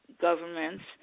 government's